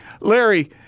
Larry